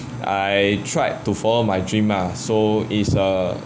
I tried to follow my dream mah so it's a